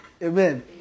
Amen